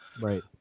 Right